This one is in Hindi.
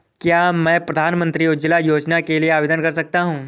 क्या मैं प्रधानमंत्री उज्ज्वला योजना के लिए आवेदन कर सकता हूँ?